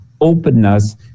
openness